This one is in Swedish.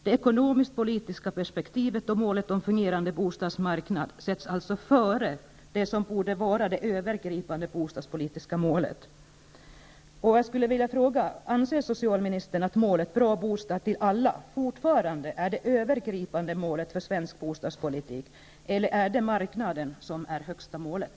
Det ekonomiskpolitiska perspektivet och målet en fungerande bostadsmarknad sätts alltså före det som borde vara det övergripande bostadspolitiska målet. Anser socialministern att målet en bra bostad till alla fortfarande är det övergripande målet för svensk bostadspolitik, eller är det marknaden som är det högsta målet?